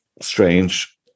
strange